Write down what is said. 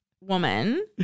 woman